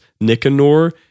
Nicanor